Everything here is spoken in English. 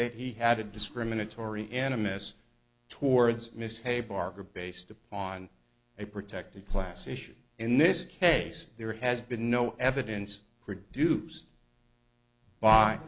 that he had a discriminatory animists towards miss haye barker based upon a protected class issue in this case there has been no evidence produced by